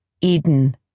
Eden